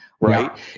right